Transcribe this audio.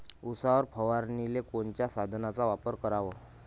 उसावर फवारनीले कोनच्या साधनाचा वापर कराव?